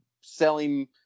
selling